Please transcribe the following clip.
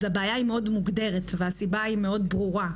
אז הבעיה היא מאוד מוגדרת והסיבה היא מאוד ברורה,